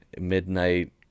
midnight